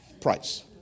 price